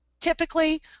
Typically